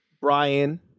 Brian